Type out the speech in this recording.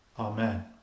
Amen